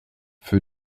für